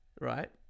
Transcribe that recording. right